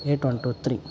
eight one two three